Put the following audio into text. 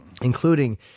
including